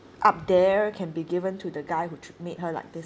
up there can be given to the guy who t~ made her like this